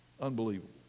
Unbelievable